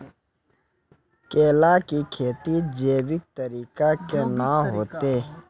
केला की खेती जैविक तरीका के ना होते?